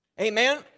Amen